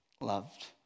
loved